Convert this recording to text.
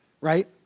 Right